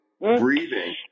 breathing